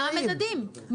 אני רוצה לדעת מה המדדים.